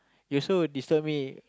you also disturb me